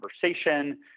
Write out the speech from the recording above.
conversation